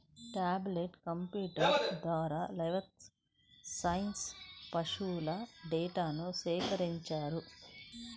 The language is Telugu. టాబ్లెట్ కంప్యూటర్ల ద్వారా లైవ్స్టాక్ సెన్సస్ పశువుల డేటాను సేకరించారు